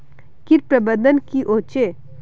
किट प्रबन्धन की होचे?